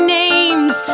names